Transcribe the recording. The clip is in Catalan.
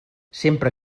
sempre